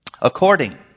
According